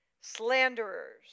slanderers